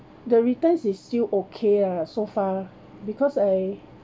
the returns is still okay lah so far because I